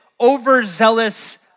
overzealous